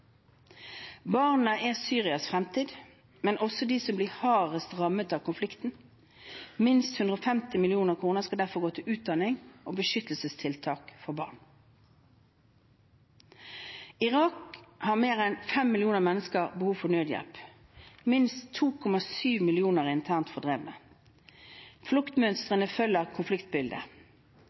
Barna er Syrias fremtid, men også de som blir hardest rammet av konflikten. Minst 150 mill. kr skal derfor gå til utdanning og beskyttelsestiltak for barn. I Irak har mer enn 5 millioner mennesker behov for nødhjelp. Minst 2,7 millioner er internt fordrevne. Fluktmønstrene følger konfliktbildet.